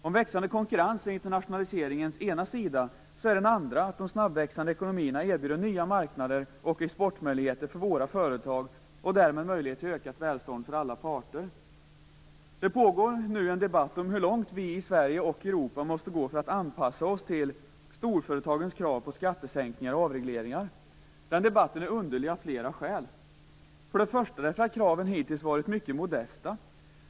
Om växande konkurrens är internationaliseringens ena sida är den andra att de snabbväxande ekonomierna erbjuder nya marknader och exportmöjligheter för våra företag, och därmed möjligheter till ökat välstånd för alla parter. Det pågår nu en debatt om hur långt vi i Sverige och Europa måste gå för att anpassa oss till storföretagens krav på skattesänkningar och avregleringar. Den debatten är underlig av flera skäl. För det första är den underlig därför att kraven hittills varit mycket modesta.